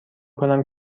کنم